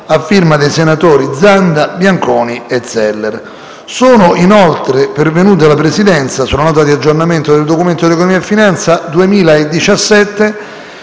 dai senatori Zanda, Bianconi e Zeller. Sono inoltre pervenute alla Presidenza, sulla Nota di aggiornamento al Documento di economia e finanza 2017,